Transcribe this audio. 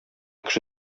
кеше